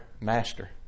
Master